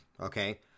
okay